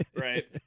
right